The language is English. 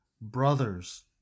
brothers